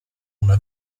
una